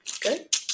Good